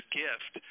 gift